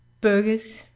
burgers